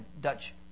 Dutch